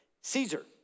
Caesar